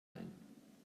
ein